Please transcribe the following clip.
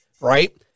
right